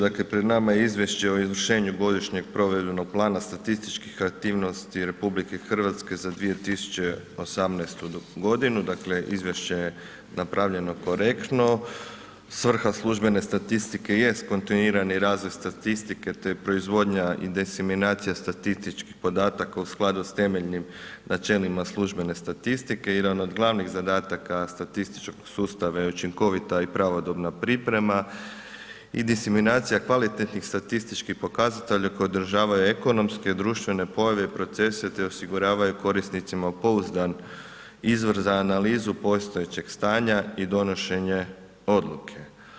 Dakle pred nama je Izvješće o izvršenju Godišnjeg provedbenog plana statističkih aktivnosti RH za 2018. godinu, dakle izvješće je napravljeno korektno, svrha službene statistike jest kontinuirani razvoj statistike te proizvodnja i diseminacija statističkih podataka u skladu s temeljnim načelima službene statistike i jedan od glavnih zadataka statističkog sustava je učinkovita i pravodobna priprema i diseminacija kvalitetnih statističkih pokazatelja koji održavaju ekonomske, društvene pojave i procese te osiguravaju korisnicima pouzdan izvor za analizu postojećeg stanja i donošenje odluke.